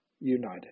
United